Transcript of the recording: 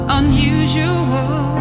unusual